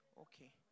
Okay